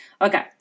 Okay